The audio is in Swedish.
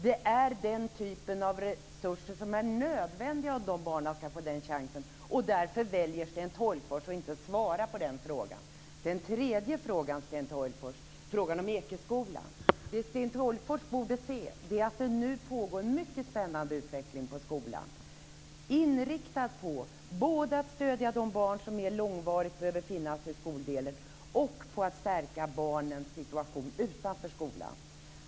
Det är den typen av resurser som är nödvändiga om de barnen ska få den chansen, därför väljer Sten Tolgfors att inte svara på den frågan. Det Sten Tolgfors borde se när det gäller den tredje frågan, om Ekeskolan, är att det nu pågår en mycket spännande utveckling på skolan, inriktad på både att stödja de barn som mer långvarigt behöver finnas i skoldelen och att stärka barnens situation utanför skolan.